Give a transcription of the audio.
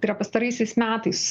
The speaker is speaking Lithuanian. tai ir yra pastaraisiais metais